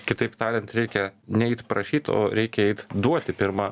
kitaip tariant reikia neit prašyt o reikia eit duoti pirma